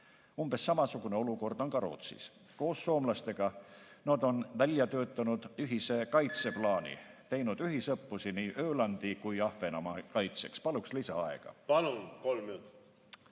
Umbes samasugune olukord on ka Rootsis. Koos soomlastega on nad välja töötanud ühise kaitseplaani, teinud ühisõppusi nii Ölandi kui ka Ahvenamaa kaitseks. Paluks lisaaega.